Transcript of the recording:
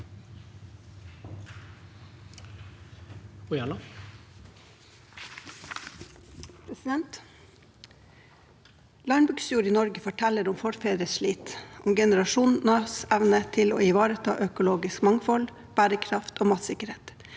Ojala (PF) Landbruksjord i Norge forteller om forfedres slit og om generasjoners evne til å ivareta økologisk mangfold, bærekraft og matsikkerhet.